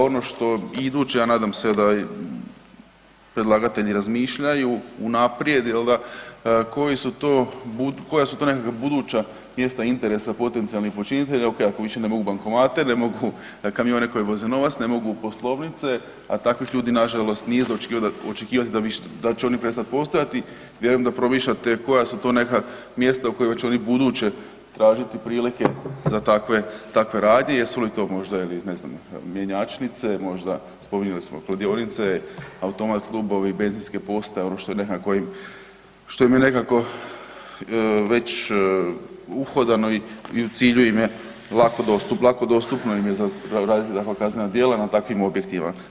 Ono što je iduće, a nadam se da i predlagatelji razmišljaju unaprijed jel da, koja su to nekakva buduća mjesta interesa potencijalnih počinitelja ako više ne mogu na bankomate, ne mogu na kamione koji voze novac, ne mogu u poslovnice, a od takvih ljudi nažalost nije za očekivat da će oni prestat postojati, vjerujem da promišljate koja su to neka mjesta u kojima će oni u buduće tražiti prilike za takve, takve radnje, jesu li to možda ili ne znam mjenjačnice, možda spominjali smo kladionice, automat klubovi, benzinske postaje, ono što je nekako im, što im je nekako već uhodano i u cilju im je, lako, lako dostupno im je za radit takva kaznena djela na takvim objektima.